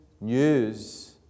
news